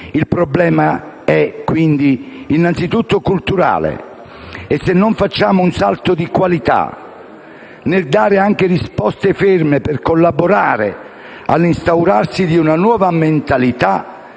Il problema è, quindi, innanzitutto culturale e se non facciamo un salto di qualità nel dare anche risposte ferme per collaborare all'instaurarsi di una nuova mentalità